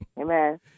Amen